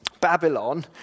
Babylon